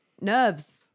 nerves